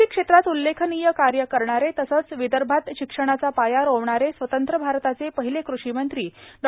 कृषीक्षेत्रात उल्लेखनीय कार्य करणारे तसेच विदर्भात शिक्षणाचा पाया रोवणारे स्वतंत्र भारताचे पहिले कृषी मंत्री डॉ